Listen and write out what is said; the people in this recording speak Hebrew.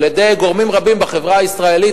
על-ידי גורמים רבים בחברה הישראלית,